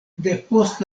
depost